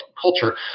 culture